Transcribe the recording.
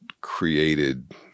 created